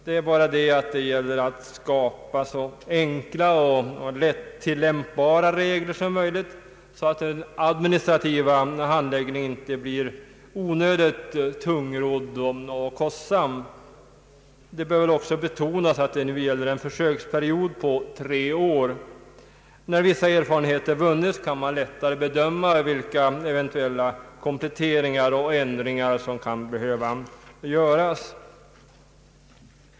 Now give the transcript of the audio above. Det är bara det att det gäller att skapa så enkla och lätt tillämpbara regler som möjligt så att den administrativa handläggningen inte blir onödigt tungrodd och kostsam. Det bör väl också betonas att det nu gäller en försöksperiod på tre år. När vissa erfarenheter vunnits kan man lättare bedöma vilka eventuella kompletteringar och ändringar som kan behöva göras.